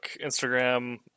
Instagram